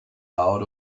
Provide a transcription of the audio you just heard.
out